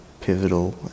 pivotal